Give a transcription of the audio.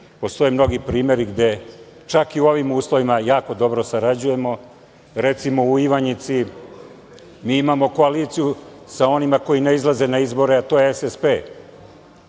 postoje mnogi primeri gde čak i u ovim uslovima jako dobro sarađujemo, recimo, u Ivanjici imamo koaliciju sa onima koji ne izlaze na izbore, a to je SSP.